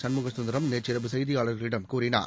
சண்முகசுந்தரம் நேற்றிரவு செய்தியாளர்களிடம் கூறினார்